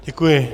Děkuji.